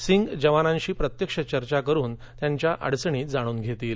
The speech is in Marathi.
सिंग जवानांशी प्रत्यक्ष चर्चा करून त्यांच्या अडचणी जाणून घेतील